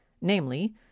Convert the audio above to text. namely